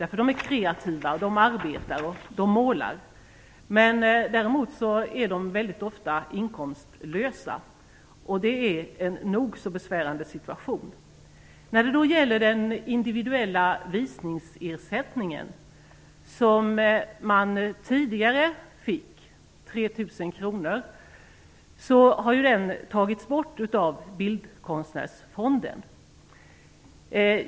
De är kreativa, de arbetar, de målar. Däremot är de ofta inkomstlösa. Det är en nog så besvärande situation. Den individuella visningsersättning på 3 000 kr som man tidigare fick har tagits bort av Bildkonstnärsfonden.